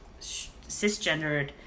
cisgendered